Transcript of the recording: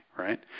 Right